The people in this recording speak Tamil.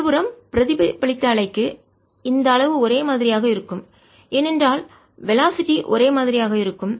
மறுபுறம்பிரதிபலித்த அலைக்கு இந்த அளவு ஒரே மாதிரியாக இருக்கும் ஏனென்றால் வெலாசிட்டி திசைவேகங்கள் ஒரே மாதிரியாக இருக்கும்